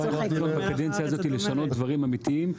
--- בקדנציה הזאת לשנות דברים אמיתיים,